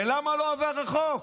ולמה לא עבר החוק?